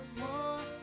more